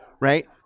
right